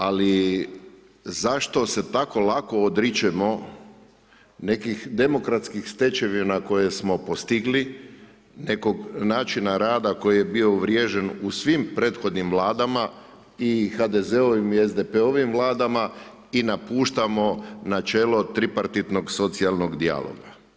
Ali, zašto se tako lako odričemo nekih demokratskih stečevina koje smo postigli, nekog načina rada koji je bio uvriježen, u svim prethodnim vladama i HDZ-ovim i SDP-ovim vladama i napuštamo načelo tripartitnog socijalnog dijaloga.